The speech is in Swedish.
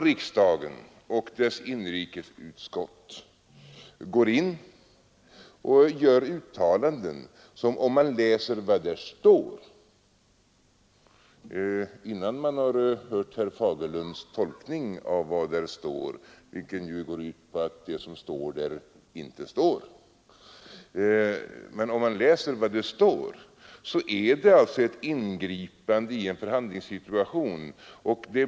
Riksdagen och dess inrikesutskott vill nu gå in och göra uttalanden som, om man läser vad där står — innan man har hört herr Fagerlunds tolkning av vad där står, vilket ju går ut på att det som står där inte står — innebär ett ingripande i en förhandlingssituation.